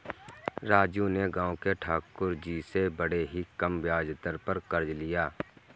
राजू ने गांव के ठाकुर जी से बड़े ही कम ब्याज दर पर कर्ज लिया